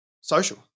social